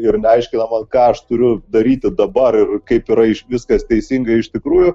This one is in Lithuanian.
ir neaiškina ką aš turiu daryti dabar ir kaip yra ir viskas teisingai iš tikrųjų